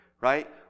right